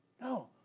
No